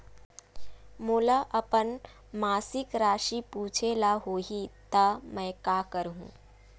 मोला अपन मासिक राशि पूछे ल होही त मैं का करहु?